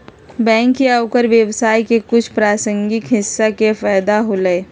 bank या ओकर व्यवसाय के कुछ प्रासंगिक हिस्सा के फैदा होलय